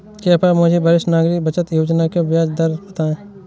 कृपया मुझे वरिष्ठ नागरिक बचत योजना की ब्याज दर बताएं?